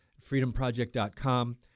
freedomproject.com